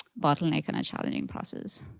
bottleneck and a challenging process.